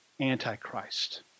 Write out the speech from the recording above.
Antichrist